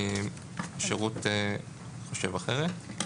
השירות חושב אחרת.